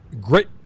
Great